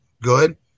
good